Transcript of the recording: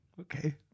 okay